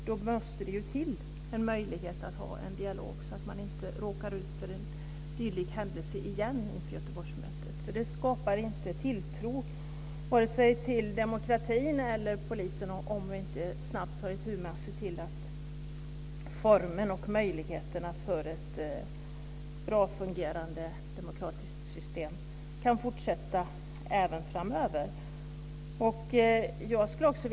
Då måste det till en möjlighet att föra en dialog så att man inte råkar ut för en dylik händelse igen inför Göteborgsmötet. Det skapar inte tilltro, vare sig till demokratin eller till polisen, om vi inte snabbt ser till att formerna för ett bra demokratiskt system kan fungera även framöver.